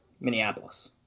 Minneapolis